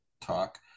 talk